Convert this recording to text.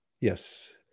Yes